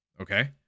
okay